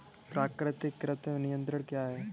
प्राकृतिक कृंतक नियंत्रण क्या है?